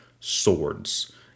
swords